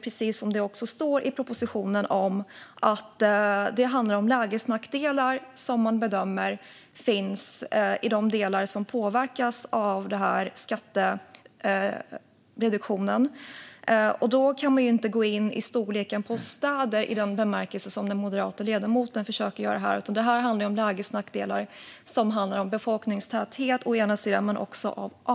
Precis som det står i propositionen handlar indelningen av områden om lägesnackdelar som man bedömer finns i de delar som påverkas av skattereduktionen. Man kan här inte gå på storleken på städer i den bemärkelsen som den moderate ledamoten försöker göra. Det handlar i stället om lägesnackdelar som har med befolkningstäthet och avstånd att göra.